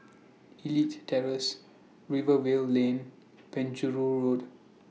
Elite Terrace Rivervale Lane Penjuru Road